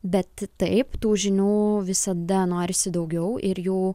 bet taip tų žinių visada norisi daugiau ir jų